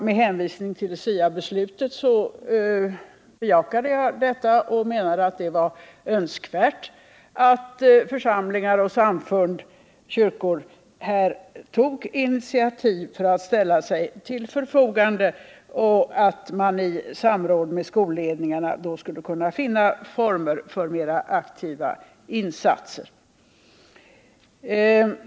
Med hänvisning till SIA-beslutet bejakade jag det och menade att det är önskvärt att församlingar, samfund och kyrkor här tar initiativ för att ställa sig till förfogande och att man i samråd med skolledningarna skulle kunna finna former för mer aktiva insatser.